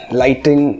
lighting